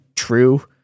true